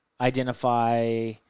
identify